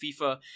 FIFA